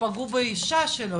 פגעו באישה שלו,